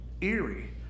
eerie